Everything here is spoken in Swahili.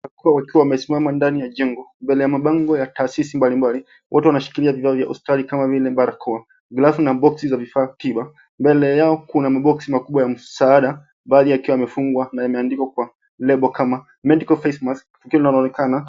Wakiwa wamesimama ndani ya jengo, mbele ya mabango ya taasisi mbalimbali. Watu wanashikilia vifaa vya hospitali kama vile barakoa, glavu na boksi za vifaa tiba. Mbele yao kuna maboksi makubwa ya msaada, baadhi yakiwa yamefungwa na yameandikwa kwa lebo kama Medical face mask . Tukio linaonekana.